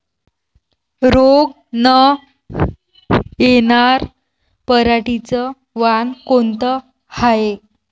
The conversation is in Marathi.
रोग न येनार पराटीचं वान कोनतं हाये?